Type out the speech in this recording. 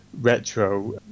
retro